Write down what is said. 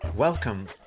Welcome